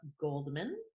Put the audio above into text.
Goldman